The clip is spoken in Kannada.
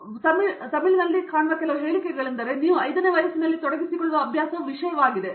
ಕಾಮಕೋಟಿ ಆದ್ದರಿಂದ ನಾವು ತಮಿಳಿನಲ್ಲಿ ಕಾಣುವ ಕೆಲವು ಹೇಳಿಕೆಗಳೆಂದರೆ ನೀವು 5 ನೇ ವಯಸ್ಸಿನಲ್ಲಿ ತೊಡಗಿಸಿಕೊಳ್ಳುವ ಅಭ್ಯಾಸವು ವಿಷಯವಾಗಿದೆ